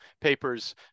papers